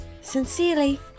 Sincerely